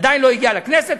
עדיין לא הגיע לכנסת,